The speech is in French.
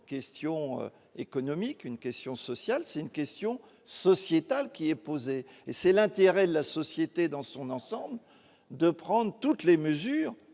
question économique, une question sociale, c'est une question sociétale qui est posée et c'est l'intérêt de la société dans son ensemble, de prendre toutes les mesures